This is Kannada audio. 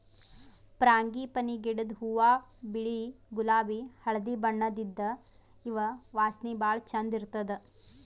ಫ್ರಾಂಗಿಪನಿ ಗಿಡದ್ ಹೂವಾ ಬಿಳಿ ಗುಲಾಬಿ ಹಳ್ದಿ ಬಣ್ಣದ್ ಇದ್ದ್ ಇವ್ ವಾಸನಿ ಭಾಳ್ ಛಂದ್ ಇರ್ತದ್